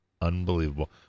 Unbelievable